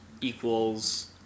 equals